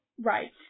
Right